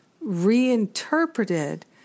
reinterpreted